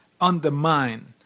undermine